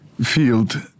field